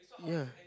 yeah